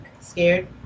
scared